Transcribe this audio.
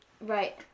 Right